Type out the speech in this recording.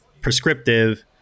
prescriptive